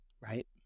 Right